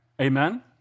Amen